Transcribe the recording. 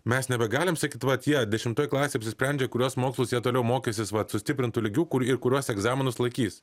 mes nebegalim sakyt vat jie dešimtoj klasėj apsisprendžia kuriuos mokslus jie toliau mokysis vat sustiprintu lygiu kur ir kuriuos egzaminus laikys